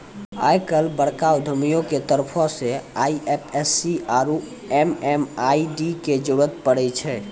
आइ काल्हि बड़का उद्यमियो के तरफो से आई.एफ.एस.सी आरु एम.एम.आई.डी के जरुरत पड़ै छै